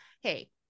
hey